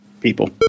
People